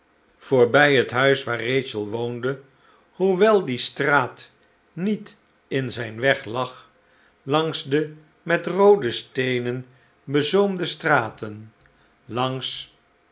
voorbij het huis waar eachel woonde hoewel die straat niet in zijn weg lag langs de imet roode steenen bezoomde straten langs